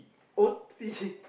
o_t